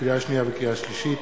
לקריאה שנייה ולקריאה שלישית: